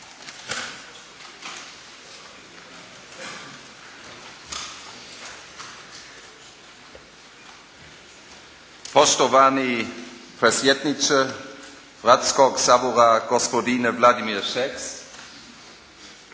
Poštovani predsjedniče Hrvatskog sabora gospodine Vladimir Šeks,